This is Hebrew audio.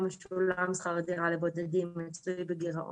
משולם שכר דירה לבודדים מצוי בגירעון.